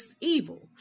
evil